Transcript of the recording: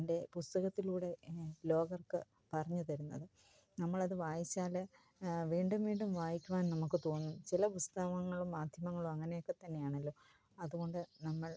തൻ്റെ പുസ്തകത്തിലൂടെ ലോകർക്ക് പറഞ്ഞുതരുന്നത് നമ്മളത് വായിച്ചാല് വീണ്ടും വീണ്ടും വായിക്കുവാൻ നമുക്ക് തോന്നും ചില പുസ്തകങ്ങളും മാധ്യമങ്ങളും അങ്ങനെയൊക്കെ തന്നെയാണല്ലോ അതുകൊണ്ട് നമ്മൾ